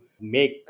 make